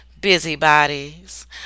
busybodies